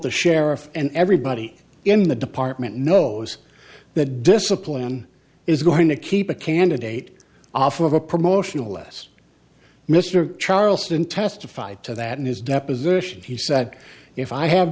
the sheriff and everybody in the department knows that discipline is going to keep a candidate off of a promotional less mr charleston testified to that in his deposition he said if i have